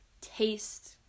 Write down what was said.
taste